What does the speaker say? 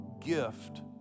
gift